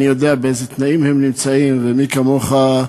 אני יודע באיזה תנאים הם נמצאים, ומי כמוך,